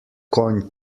konj